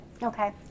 okay